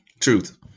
Truth